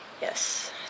Yes